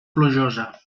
plujosa